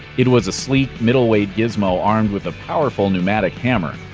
it was a sleek, middleweight gizmo armed with a powerful pneumatic hammer.